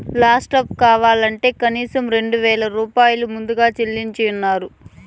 laptop కావాలంటే కనీసం రెండు వేల రూపాయలు ముందుగా చెల్లించమన్నరు